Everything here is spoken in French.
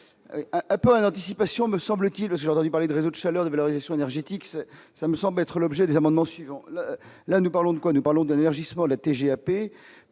pas l'anticipation, me semble-t-il, aujourd'hui, parler de réseaux chaleur de valorisation énergétique, ça ça me semble être l'objet des amendements, suivant là nous parlons de quoi nous parlons d'un élargissement de la TGAP